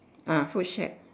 ah footstep